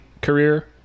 career